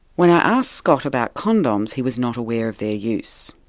when i asked scott about condoms, he was not aware of their use.